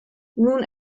nun